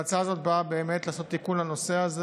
ההצעה הזאת באה לעשות תיקון לנושא הזה